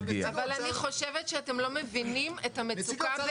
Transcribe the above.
אבל אני חושבת שאתם לא מבינים את המצוקה באמת.